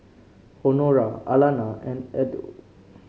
Honora Alannah and Edw